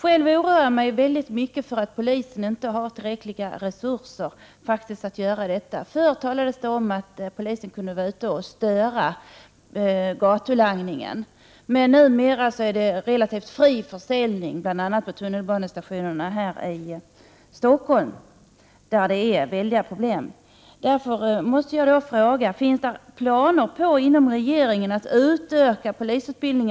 Jag är emellertid mycket oroad av att polisen inte har tillräckliga resurser för detta arbete. Förr talades det om att polisen kunde vara ute och störa gatulangningen. Men numera pågår relativt fri försäljning, bl.a. på tunnelbanestationerna här i Stockholm. Problemen där är mycket stora. Jag vill därför fråga: Har regeringen några planer på en ytterligare utökad polisutbildning?